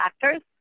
factors